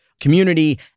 community